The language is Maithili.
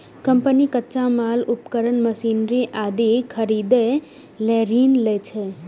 कंपनी कच्चा माल, उपकरण, मशीनरी आदि खरीदै लेल ऋण लै छै